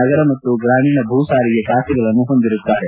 ನಗರ ಮತ್ತು ಗ್ರಾಮೀಣ ಭೂ ಸಾರಿಗೆ ಖಾತೆಗಳನ್ನು ಹೊಂದಿರುತ್ತಾರೆ